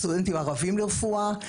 סטודנטים ערבים לרפואה,